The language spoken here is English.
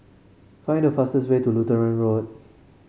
find the fastest way to Lutheran Road